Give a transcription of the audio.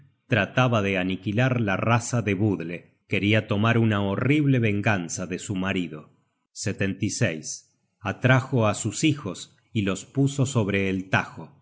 trataba de aniquilar la raza de budle queria tomar una horrible venganza de su marido atrajo á sus hijos y los puso sobre el tajo